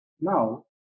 now